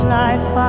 life